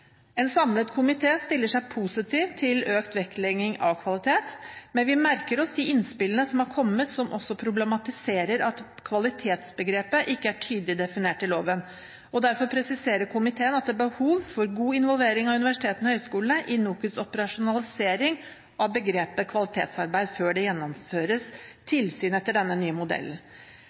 En samlet komité stiller seg positiv til økt vektlegging av kvalitet, men vi merker oss de innspillene som har kommet som problematiserer at kvalitetsbegrepet ikke er tydelig definert i loven. Derfor presiserer komiteen at det er behov for god involvering av universitetene og høyskolene i NOKUTs operasjonalisering av begrepet kvalitetsarbeid før det gjennomføres tilsyn etter den nye modellen.